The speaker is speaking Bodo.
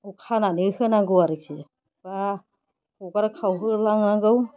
आव खानानै होनांगौ आरोखि बा हगारखावहोलां नांगौ